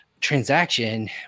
transaction